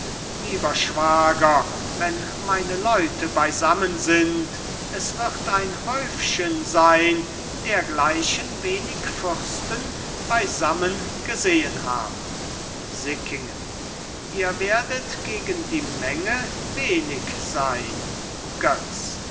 lieber schwager wenn meine leute beisammen sind es wird ein häufchen sein dergleichen wenig fürsten beisammen gesehen haben sickingen ihr werdet gegen die menge wenig sein götz